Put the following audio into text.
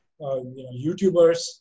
YouTubers